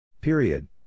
Period